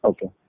Okay